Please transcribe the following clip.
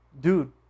Dude